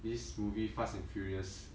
this movie fast and furious